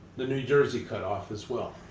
the new jersey cut-off as well.